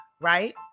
right